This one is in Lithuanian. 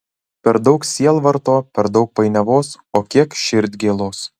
per daug sielvarto per daug painiavos o kiek širdgėlos